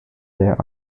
there